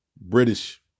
British